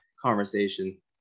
conversation